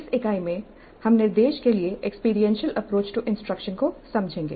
इस इकाई में हम निर्देश के लिए एक्सपीरियंशियल अप्रोच टू इंस्ट्रक्शन को समझेंगे